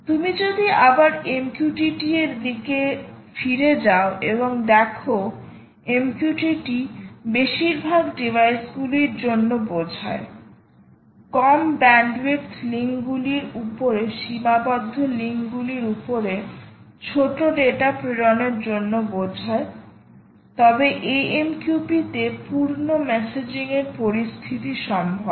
তুমি যদি আবার MQTT এর দিকে ফিরে যাও এবং দেখো MQTT বেশিরভাগ ডিভাইসগুলির জন্য বোঝায় কম ব্যান্ডউইথ লিঙ্কগুলির উপরে সীমাবদ্ধ লিঙ্কগুলির উপরে ছোট ডেটা প্রেরণের জন্য বোঝায় তবে AMQP তে পূর্ণ মেসেজিংয়ের পরিস্থিতি সম্ভব